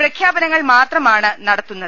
പ്രഖ്യാപനങ്ങൾ മാത്രമാണ് നടത്തുന്നത്